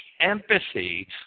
empathy